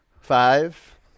Five